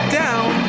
down